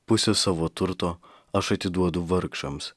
pusę savo turto aš atiduodu vargšams